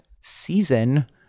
season